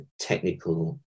technical